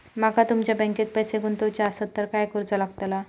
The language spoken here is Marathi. माका तुमच्या बँकेत पैसे गुंतवूचे आसत तर काय कारुचा लगतला?